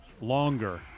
longer